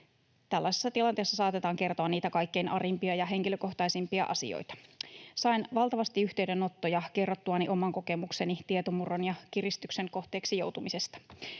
tällaisessa tilanteessa saatetaan kertoa niitä kaikkein arimpia ja henkilökohtaisimpia asioita. Sain valtavasti yhteydenottoja kerrottuani oman kokemukseni tietomurron ja kiristyksen kohteeksi joutumisesta.